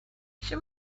she